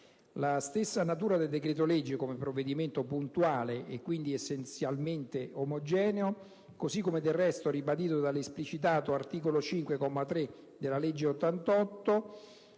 La stessa natura del decreto-legge come provvedimento puntuale e, quindi, essenzialmente omogeneo, così come del resto ribadito ed esplicitato dall'articolo 15, comma 3, della legge n.